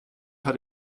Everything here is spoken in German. hat